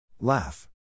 Laugh